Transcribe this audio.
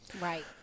Right